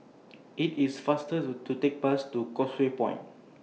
IT IS faster to to Take Bus to Causeway Point